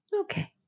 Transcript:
Okay